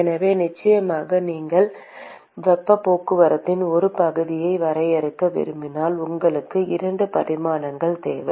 எனவே நிச்சயமாக நீங்கள் வெப்பப் போக்குவரத்தின் ஒரு பகுதியை வரையறுக்க விரும்பினால் உங்களுக்கு 2 பரிமாணங்கள் தேவை